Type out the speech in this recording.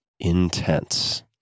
Intense